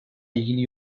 ilgili